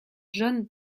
john